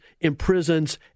imprisons